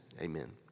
Amen